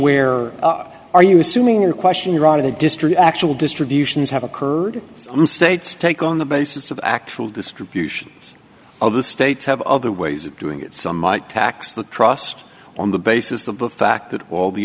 where are you assuming your question right of the district actual distributions have occurred some states take on the basis of actual distributions of the states have other ways of doing it some might tax the trust on the basis of the fact that all the